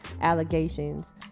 allegations